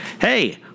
Hey